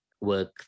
Work